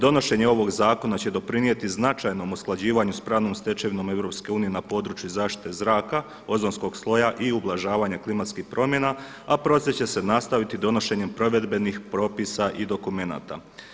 Donošenje ovog zakona će doprinijeti značajnom usklađivanju sa pravnom stečevinom EU na području zaštite zraka, ozonskog sloja i ublažavanja klimatskih promjena, a proces će se nastaviti donošenjem provedbenih propisa i dokumenata.